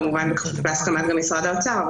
כמובן גם בהסכמת משרד האוצר.